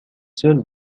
seuls